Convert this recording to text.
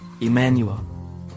Emmanuel